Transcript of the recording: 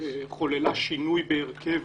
שחוללה שינוי בהרכב